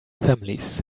families